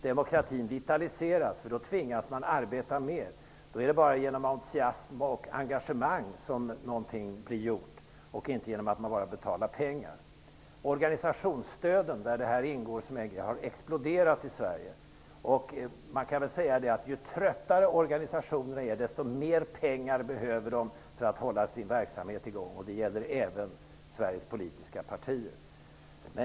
Demokratin vitaliseras, därför att man tvingas arbeta mer. Det är bara genom entusiasm och engagemang som någonting blir gjort, inte genom att pengar betalas ut. Organisationsstöden, där partistödet ingår, har exploderat i Sverige. Man kan säga att ju tröttare organisationerna är, desto mer pengar behöver de för att hålla sin verksamhet i gång. Det gäller även Sveriges politiska partier.